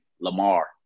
Lamar